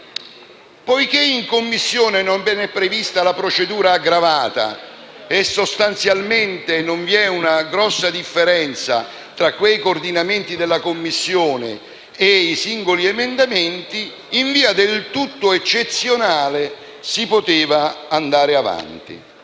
poiché in Commissione non era stata prevista la procedura aggravata e sostanzialmente non vi era una grande differenza tra i coordinamenti della Commissione e i singoli emendamenti, in via del tutto eccezionale si sarebbe potuti andare avanti.